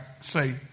say